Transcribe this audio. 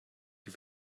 die